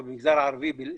או במגזר הערבי ספציפית,